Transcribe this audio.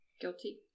Guilty